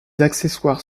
accessoires